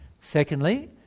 Secondly